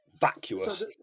vacuous